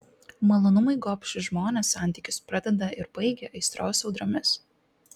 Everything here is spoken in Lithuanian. malonumui gobšūs žmonės santykius pradeda ir baigia aistros audromis